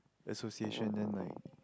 the association then like